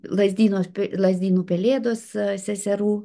lazdynuose lazdynų pelėdos seserų